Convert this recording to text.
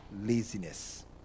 laziness